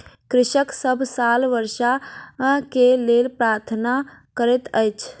कृषक सभ साल वर्षा के लेल प्रार्थना करैत अछि